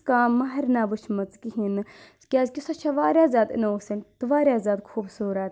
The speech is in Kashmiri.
تِژھ کانٛہہ مَہٕرنیا وٕچھمٕژ کِہیٖنۍ نہٕ کیازکہِ سۄ چھَ واریاہ زیادٕ اِنوسیٚنٹ تہٕ واریاہ زیادٕ خوٗبصوٗرت